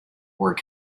were